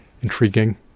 intriguing